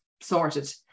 sorted